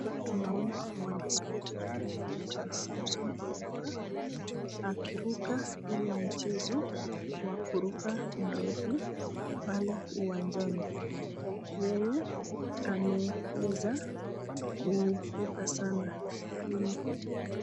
Hapa tunaona mwanaspoti anayeitwa Samson Oyuga akiruka ile mchezo wa kuruka mrefu pale uwanjani. Yeye ameweza kuruka sana hii.